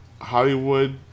hollywood